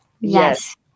yes